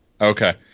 Okay